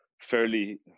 fairly